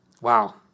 Wow